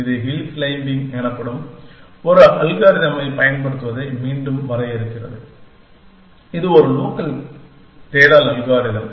இது hill climbing எனப்படும் ஒரு அல்காரிதமைப் பயன்படுத்துவதை மீண்டும் வரையறுக்கிறது இது ஒரு லோக்கல் தேடல் அல்காரிதம்